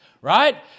right